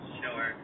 Sure